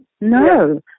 no